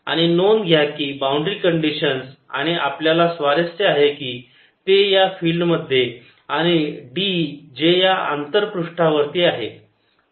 आणि नोंद घ्या की बाउंड्री कंडिशन्स आणि आपल्याला स्वारस्य आहे ते या फील्डमध्ये आणि D जे या आंतर पृष्ठावर आहे